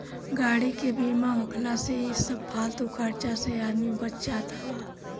गाड़ी के बीमा होखला से इ सब फालतू खर्चा से आदमी बच जात हअ